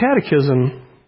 catechism